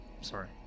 Sorry